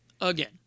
Again